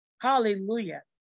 Hallelujah